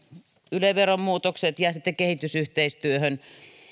yle veron muutokset ja sitten kehitysyhteistyöhön